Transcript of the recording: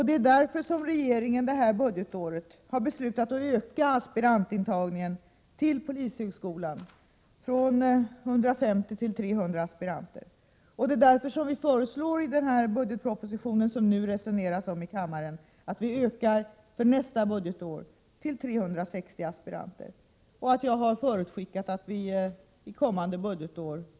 Det är därför som regeringen detta budgetår har beslutat öka aspirantintagningen till polishögskolan från 150 till 300 aspiranter. Det är därför vi i den budgetproposition som kammaren nu resonerar om för nästa budgetår vill öka ut antalet till 360 aspiranter. Jag har förutskickat ytterligare ökning kommande budgetår.